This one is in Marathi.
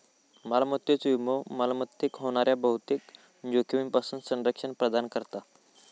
मालमत्तेचो विमो मालमत्तेक होणाऱ्या बहुतेक जोखमींपासून संरक्षण प्रदान करता